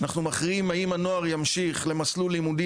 אנחנו מכריעים האם הנוער ימשיך למסלול לימודי